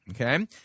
okay